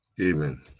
Amen